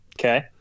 Okay